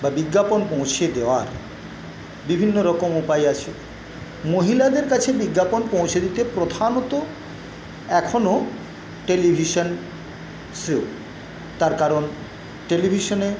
বা বিজ্ঞাপন পৌঁছে দেওয়ার বিভিন্ন রকম উপায় আছে মহিলাদের কাছে বিজ্ঞাপন পৌঁছে দিতে প্রধানত এখনও টেলিভিশান তার কারণ টেলিভিশানে